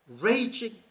raging